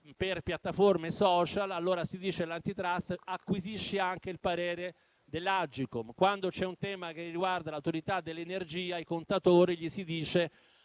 per piattaforme *social*, allora si direbbe all'Antitrust di acquisire anche il parere dell'Agcom; quando c'è un tema che riguarda l'autorità dell'energia e i contatori, gli si dice